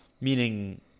meaning